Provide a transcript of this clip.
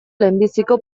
lehenbiziko